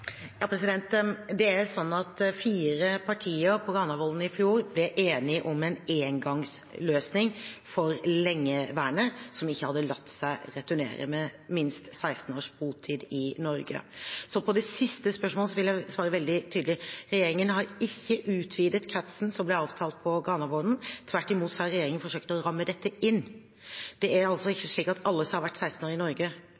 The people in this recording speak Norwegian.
Det er slik at fire partier på Granavolden i fjor ble enig om en engangsløsning for lengeværende som ikke hadde latt seg returnere, med minst 16 års botid i Norge. Så på det siste spørsmålet vil jeg svare veldig tydelig: Regjeringen har ikke utvidet kretsen som ble avtalt på Granavolden – tvert imot har regjeringen forsøkt å ramme dette inn. Det er altså